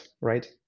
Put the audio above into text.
right